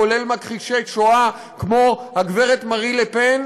כולל מכחישי שואה כמו הגברת מרין לה פן,